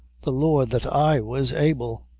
the lord that i was able!